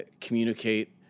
communicate